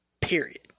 period